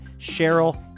Cheryl